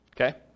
Okay